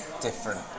different